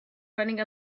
running